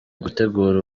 ugutegura